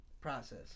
Process